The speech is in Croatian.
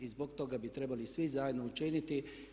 I zbog toga bi trebali svi zajedno učiniti.